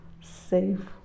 safe